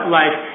life